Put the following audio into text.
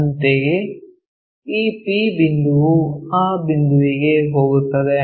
ಅಂತೆಯೇ ಈ p ಬಿಂದುವು ಆ ಬಿಂದುವಿಗೆ ಹೋಗುತ್ತದೆ